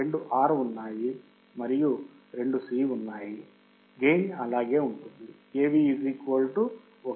రెండు R ఉన్నాయి మరియు రెండు C ఉన్నాయి లాభం అలాగే ఉంటుంది